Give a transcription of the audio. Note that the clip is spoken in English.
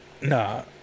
Nah